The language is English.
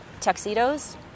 tuxedos